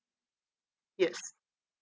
yes